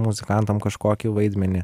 muzikantam kažkokį vaidmenį